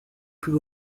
plus